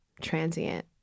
transient